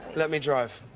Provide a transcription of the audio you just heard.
let me drive.